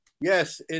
yes